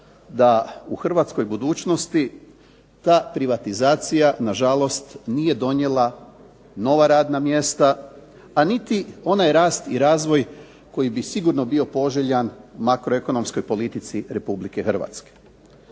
da u hrvatskoj budućnosti ta privatizacija nažalost nije donijela nova radna mjesta a niti onaj rast i razvoj koji bi sigurno bio poželjan makroekonomskoj politici Republike Hrvatske.